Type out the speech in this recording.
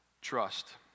Trust